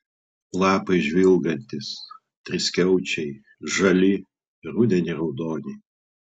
lapai žvilgantys triskiaučiai žali rudenį raudoni